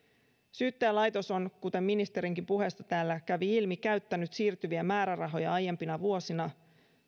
syyttäjälaitos on kuten ministerinkin puheesta täällä kävi ilmi käyttänyt siirtyviä määrärahoja aiempina vuosina